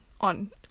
on